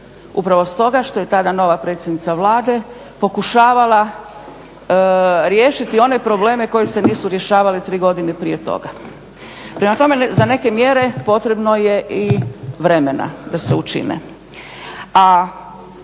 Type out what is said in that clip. Upravo stoga što je tada nova predsjednica Vlade pokušavala riješiti one probleme koji se nisu rješavali tri godine prije toga. Prema tome, za neke mjere potrebno je i vremena da se učine.